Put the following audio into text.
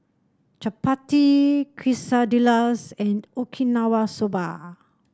Chapati Quesadillas and Okinawa Soba